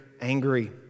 angry